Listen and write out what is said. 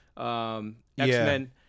X-Men